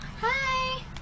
Hi